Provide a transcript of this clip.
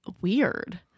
weird